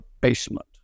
basement